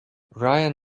ryan